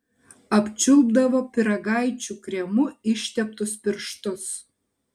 apčiulpdavo pyragaičių kremu išteptus pirštus